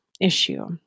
issue